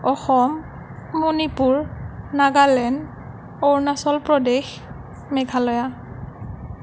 Assam Manipur Nagaland Arunachal Pradesh Meghalaya